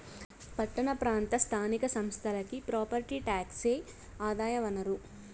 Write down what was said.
పట్టణ ప్రాంత స్థానిక సంస్థలకి ప్రాపర్టీ టాక్సే ఆదాయ వనరు